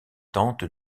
tente